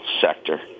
sector